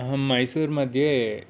अहं मैसूर् मध्ये